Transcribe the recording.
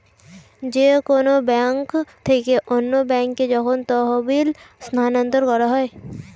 যে কোন ব্যাংক থেকে অন্য ব্যাংকে যখন তহবিল স্থানান্তর করা হয়